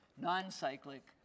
non-cyclic